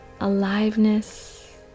aliveness